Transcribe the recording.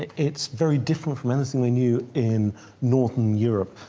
it's very different from anything they knew in northern europe.